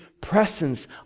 presence